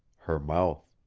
her mouth.